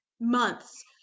months